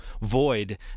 void